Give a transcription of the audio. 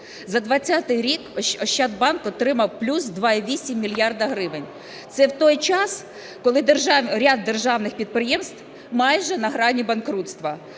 за 2020 рік Ощадбанк отримав плюс 2,8 мільярда гривень, це в той час, коли ряд державних підприємств майже на грані банкрутства.